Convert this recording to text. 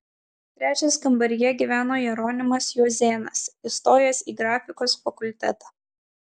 trečias kambaryje gyveno jeronimas juozėnas įstojęs į grafikos fakultetą